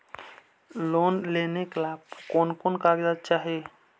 Loan लेने ला कोन कोन कागजात चाही?